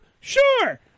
Sure